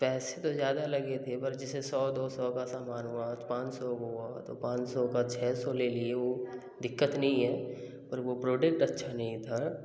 पैसे तो ज़्यादा लगे थे पर जैसे सौ दो सौ का सामान हुआ पाँच सौ हुआ तो पाँच सौ का छः सौ ले लिए वो दिक्कत नहीं है पर वो प्रोडक्ट अच्छा नहीं था